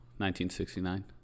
1969